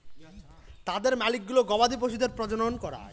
তাদের মালিকগুলো গবাদি পশুদের প্রজনন করায়